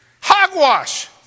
Hogwash